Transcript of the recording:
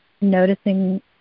noticing